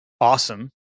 awesome